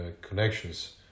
connections